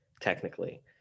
technically